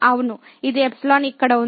అవును ఇది ϵ ఇక్కడ ఉంది